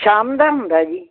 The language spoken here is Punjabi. ਸ਼ਾਮ ਦਾ ਹੁੰਦਾ ਜੀ